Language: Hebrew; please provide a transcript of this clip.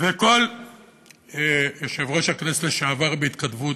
לתומי חשבתי, יושב-ראש הכנסת לשעבר בהתכתבות,